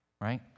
right